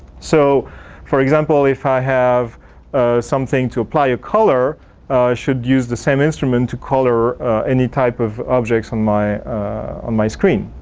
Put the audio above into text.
so for example if i have something to apply a color i should use the same instrument to color any type of objects on my on my screen.